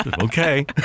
Okay